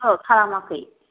औ खालामाखै